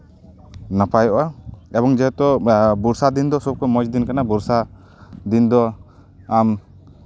ᱱᱟᱯᱟᱭᱚᱜᱼᱟ ᱮᱵᱚᱝ ᱡᱮᱦᱮᱛᱩ ᱵᱚᱨᱥᱟ ᱫᱤᱱ ᱫᱚ ᱢᱚᱡᱽ ᱫᱤᱱ ᱠᱟᱱᱟ ᱵᱚᱨᱥᱟ ᱫᱤᱱ ᱫᱚ ᱟᱢ